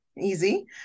easy